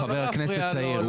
הוא חבר כנסת צעיר,